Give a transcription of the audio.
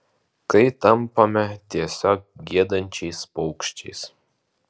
kai tampame tiesiog giedančiais paukščiais